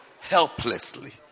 helplessly